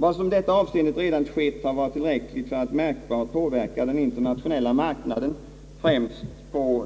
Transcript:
Vad som i detta avseende redan skett har varit tillräckligt för att märkbart påverka den internationella marknaden, främst